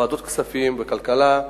בוועדות הכספים והכלכלה,